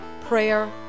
prayer